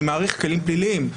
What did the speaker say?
אני מעריך כלים פליליים.